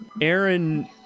Aaron